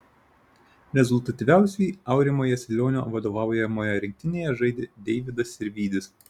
rezultatyviausiai aurimo jasilionio vadovaujamoje rinktinėje žaidė deividas sirvydis